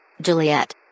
Juliet